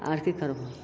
आओर कि करबहो